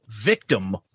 Victim